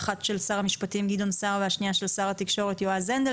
האחת של שר המשפטים גדעון שער והשניה של שר התקשורת יועז הנדל